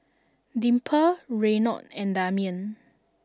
Dimple Reynold and Damian